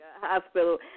hospital